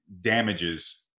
damages